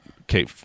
Okay